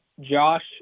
josh